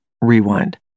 Rewind